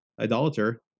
idolater